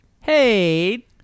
Hey